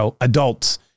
adults